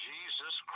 Jesus